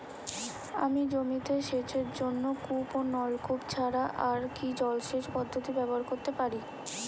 আমি জমিতে সেচের জন্য কূপ ও নলকূপ ছাড়া আর কি জলসেচ পদ্ধতি ব্যবহার করতে পারি?